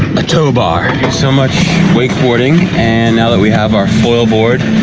a tow bar. so much wake boarding and now that we have our foilboard,